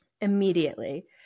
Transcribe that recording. immediately